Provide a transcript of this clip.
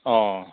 অ'